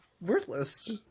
worthless